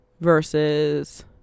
versus